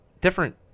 different